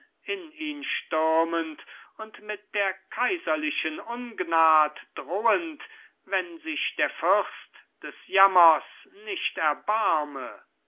in ihn stürmend und mit der kaiserlichen ungnad drohend wenn sich der fürst des jammers nicht erbarme